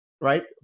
right